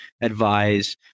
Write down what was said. advise